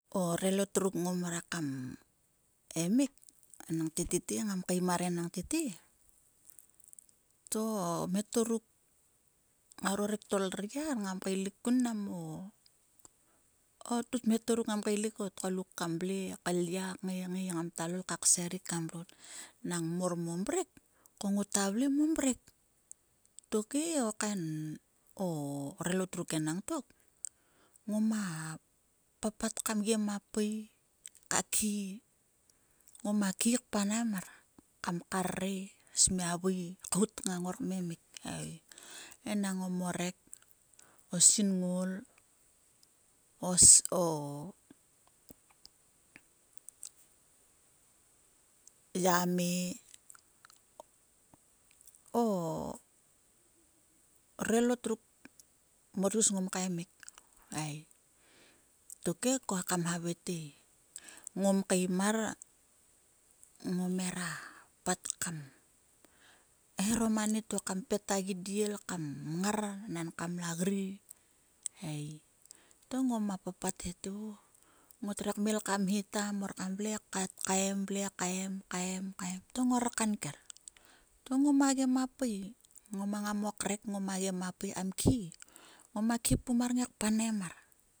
O relot ruk ngom re kmemik enangte tete nagam re kmim mar enang tete to o mhetor ruk ngaro rektor lyar ngam kut kaelik konmo nmhtor ruk ngama vle lya kngai ngai ngam kta lol ka kser ruk ka mrot. Nang mor ruk mo mrek ko ngota vle mo mrek tokhe o kam o relot ruk enangtok. Ngoma papat kam gem a pua ka khi ngoma kgi panaim mar kam karrei smia uii khiit nga ngor kmemik ei. Enang o morek, osingol, o yamme o relto ruk mor tgus ngom kaemik ei. Tokhe kre kam havai te. Ngam kaim mar ngona hera pat kam herom anirto kam pet a gidiel kam mngar nang enkam la griei. To ngoma papat he o ngot re kmel ka mhe ta kam kta vle kaem kaem kaemâ to ngor kanker. To mgoma gem a pui ngoma ngam o krek ngomagem a pui kam khi. Ngoma khi pum mar kngai kpanaim mar